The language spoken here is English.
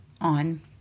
on